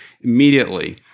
immediately